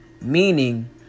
Meaning